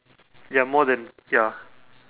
ya more than ya